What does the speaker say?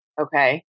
Okay